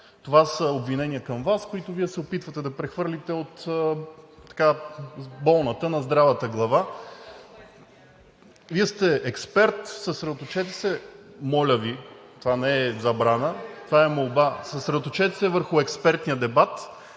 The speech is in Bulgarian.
Това са обвинения към Вас, които Вие се опитвате да прехвърлите от болната на здравата глава. Вие сте експерт, съсредоточете се, моля Ви – това не е забрана, това е молба: съсредоточете се върху експертния дебат